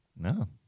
No